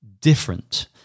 different